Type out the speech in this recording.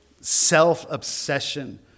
self-obsession